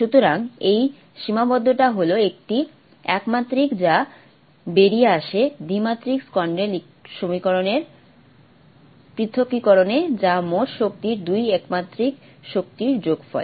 সুতরাং এই সীমাবদ্ধতা হল একটি একমাত্রিক যা বেরিয়ে আসে দ্বিমাত্রিক স্ক্রডিঙ্গার সমীকরণের পৃথকীকরণে যা মোট শক্তির দুই একমাত্রিক শক্তির যোগফল